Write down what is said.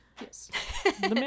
Yes